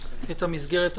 את המסגרת הנורמטיבית.